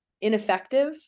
ineffective